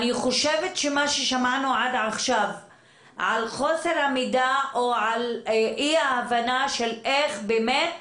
מה ששמענו עד עכשיו על חוסר המידע או על אי ההבנה של איך באמת